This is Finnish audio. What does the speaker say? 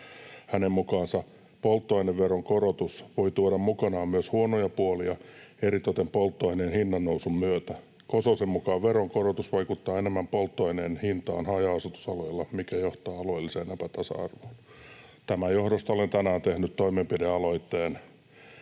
Hänen mukaansa polttoaineveron korotus voi tuoda mukanaan myös huonoja puolia eritoten polttoaineen hinnannousun myötä. Kososen mukaan veronkorotus vaikuttaa enemmän polttoaineen hintaan haja-asutusalueilla, mikä johtaa alueelliseen epätasa-arvoon. Tämän johdosta olen tänään tehnyt toimenpidealoitteen